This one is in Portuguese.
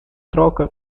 troca